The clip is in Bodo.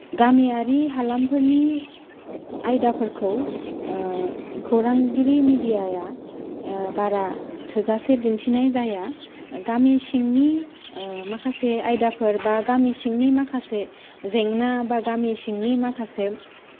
गामियारि हालामफोरनि आइदाफोरखौ खौरांगिरि मिदियाया बारा थोजासे दिन्थिनाय जाया गामि सिंनि माखासे आयदाफोर बा गामि सिंनि माखासे जेंना बा गामि सिंनि माखासे